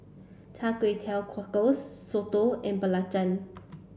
Cha Kway Teow Cockles Soto and Belacan